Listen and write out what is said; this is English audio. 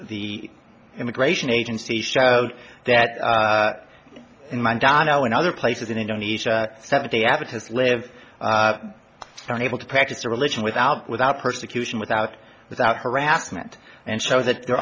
the immigration agency so that in mind donna and other places in indonesia seventh day adventists live are able to practice their religion without without persecution without without harassment and so that there